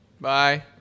Bye